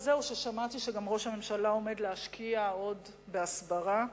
אז זהו ששמעתי גם שראש הממשלה עומד להשקיע עוד בהסברה,